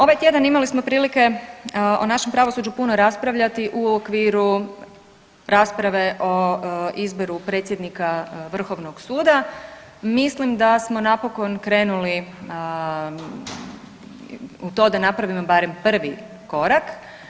Ovaj tjedan imali smo prilike o našem pravosuđu puno raspravljati u okviru rasprave o izboru predsjednika vrhovnog suda, mislim da smo napokon krenuli u to da napravimo barem prvi korak.